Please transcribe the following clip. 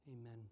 Amen